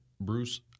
Bruce